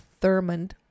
Thurmond